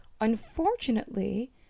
Unfortunately